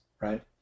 right